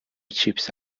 چیپس